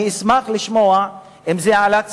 אני אשמח לשמוע אם זה עלה קצת,